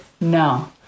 No